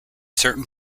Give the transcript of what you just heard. certain